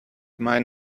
might